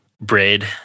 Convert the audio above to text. Braid